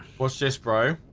what's this bro?